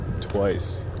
twice